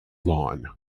lawn